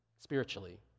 spiritually